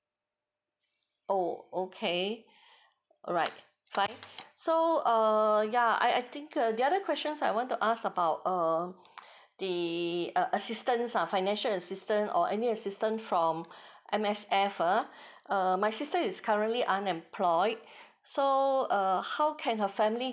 oh okay alright fine so err ya I I think uh the other questions I want to ask about err the uh assistance ah financial assistance or any assistance from M_S_F err err my sister is currently unemployed so err how can her family